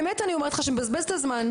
באמת אני אומרת לך, שמבזבז את הזמן.